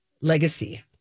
Legacy